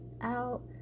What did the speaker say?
out